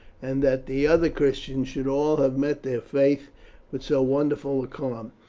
and that the other christians should all have met their fate with so wonderful a calm.